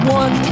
one